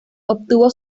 obtuvo